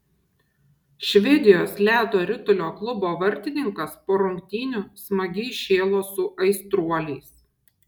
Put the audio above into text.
švedijos ledo ritulio klubo vartininkas po rungtynių smagiai šėlo su aistruoliais